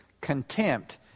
contempt